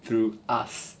through us